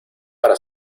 para